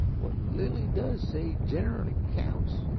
what little he does say generally counts.